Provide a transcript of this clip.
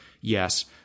yes